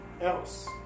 Else